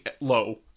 low